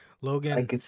Logan